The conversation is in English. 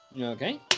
Okay